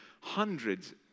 hundreds